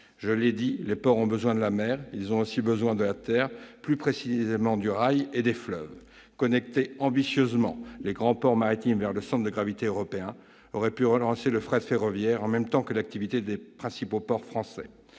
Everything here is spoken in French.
Je l'ai dit, les ports ont besoin de la mer. Ils ont aussi besoin de la terre, plus précisément du rail et des fleuves. » Connecter ambitieusement les grands ports maritimes au centre de gravité européen aurait pu relancer le fret ferroviaire en même temps que l'activité des principaux ports français.